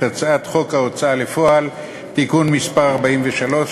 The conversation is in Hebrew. הצעת חוק ההוצאה לפועל (תיקון מס' 43),